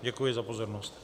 Děkuji za pozornost.